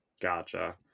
Gotcha